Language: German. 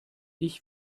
ich